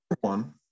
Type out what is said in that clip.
one